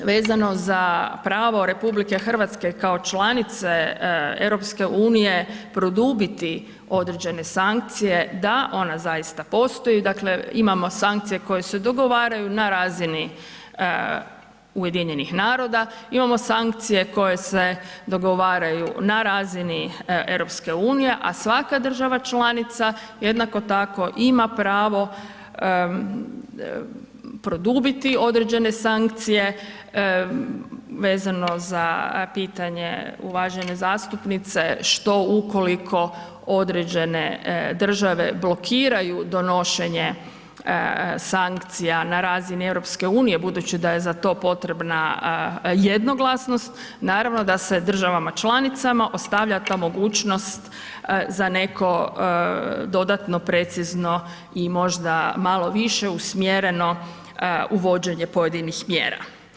Vezano za pravo RH kao članice EU, produbiti određene sankcije, da, ona zaista postoji, dakle, imamo sankcije koje se dogovaraju na razini UN-a, imamo sankcije koje se dogovaraju na razini EU, a svaka država članica jednako tako ima pravo produbiti određene sankcije vezano za pitanje uvažene zastupnice, što ukoliko određene države blokiraju donošenje sankcija na razini EU, budući da je za to potrebna jednoglasnost, naravno da se državama članicama ostavlja ta mogućnost za neko dodatno, precizno i možda malo više usmjereno uvođenje pojedinih mjera.